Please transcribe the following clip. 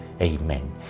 Amen